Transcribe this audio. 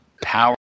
power